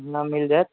हँ मिल जाइत